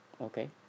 okay